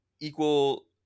equal